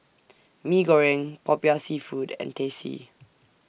Mee Goreng Popiah Seafood and Teh C